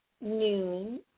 noon